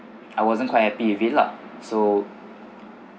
I wasn't quite happy with it lah so